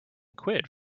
quid